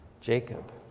Jacob